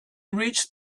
reached